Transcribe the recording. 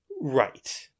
right